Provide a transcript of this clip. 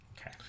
Okay